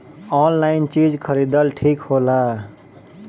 Online चीज खरीदल ठिक होला?